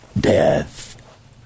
death